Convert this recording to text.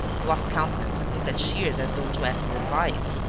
lost countenance and looked at shears as though to ask his advice.